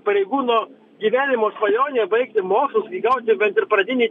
pareigūno gyvenimo svajonė baigti mokslus įgauti bent ir pradinį